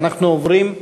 אנחנו עוברים,